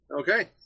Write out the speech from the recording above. Okay